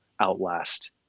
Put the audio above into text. outlast